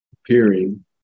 appearing